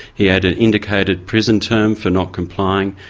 he had an indicated prison term for not complying,